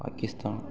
Pakistan